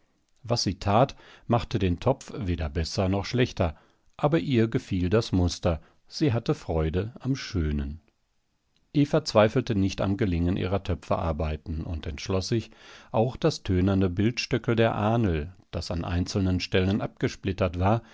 was sie tat machte den topf weder besser noch schlechter aber ihr gefiel das muster sie hatte freude am schönen eva zweifelte nicht am gelingen ihrer töpferarbeiten und entschloß sich auch das tönerne bildstöckl der ahnl das an einzelnen stellen abgesplittert war